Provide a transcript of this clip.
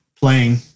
playing